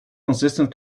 consistent